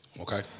Okay